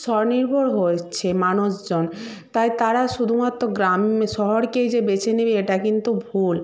স্বনির্ভর হচ্ছে মানুষজন তাই তারা শুধুমাত্র গ্রাম শহরকেই যে বেছে নেবে এটা কিন্তু ভুল